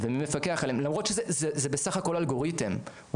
למרות שזה בסך הכול אלגוריתם,